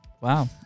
wow